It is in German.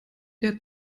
der